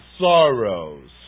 sorrows